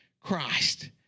Christ